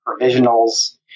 provisionals